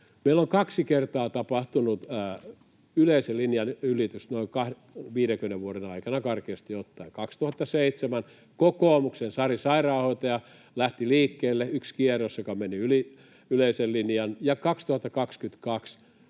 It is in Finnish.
Meillä on kaksi kertaa tapahtunut yleisen linjan ylitys noin 50 vuoden aikana, karkeasti ottaen: 2007 kokoomuksen Sari Sairaanhoitajasta lähti liikkeelle yksi kierros, joka meni yli yleisen linjan, ja 2022